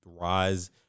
rise